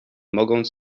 mogąc